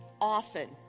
often